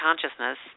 Consciousness